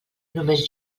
només